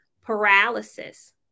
paralysis